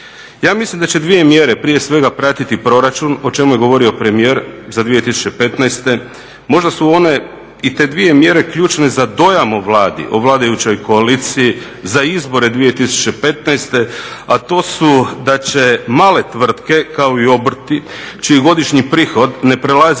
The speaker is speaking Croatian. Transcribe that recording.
Ja mislim da će dvije mjere prije svega pratiti proračun o čemu je govorio premijer za 2015. Možda su one i te dvije mjere ključne za dojam o Vladi, o vladajućoj koaliciji za izbore 2015. a to su da će male tvrtke kao i obrti čiji godišnji prihod ne prelazi